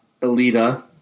Alita